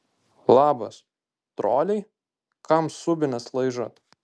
labas troliai kam subines laižot